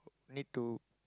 need to